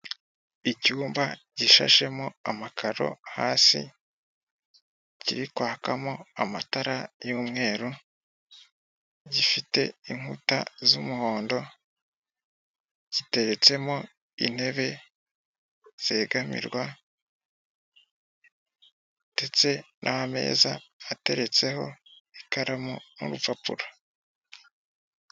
Icyumba gishashemo amakaro hasi kirikwakamo amatara y'umweru gifite inkuta z'umuhondo ,giteretsemo intebe zegamirwa ndetse n'ameza ateretseho ikaramu n'urupapuro.